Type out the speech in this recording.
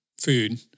food